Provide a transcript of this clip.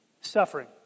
suffering